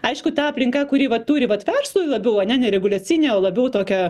aišku ta aplinka kuri va turi vat verslui labiau ane ne reguliacinė o labiau tokia